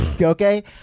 okay